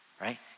right